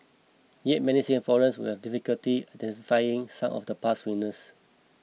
yet many Singaporeans will have difficulty identifying some of the past winners